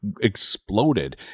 exploded